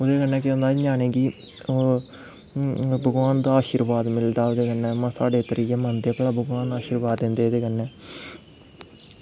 ओह्दे कन्नै केह् होंदा ञ्यानें गी भगवान दा शीरबाद मिलदा ओह्दे कन्नै साढ़ै इ'यां मन्नदे कि भगवान शीरबाद दिंदे एह्दे कन्नै